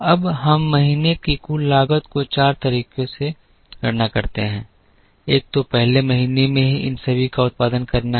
अब हम महीने की कुल लागत को चार तरीकों से गणना करते हैं एक तो पहले महीने में ही इन सभी का उत्पादन करना है